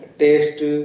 taste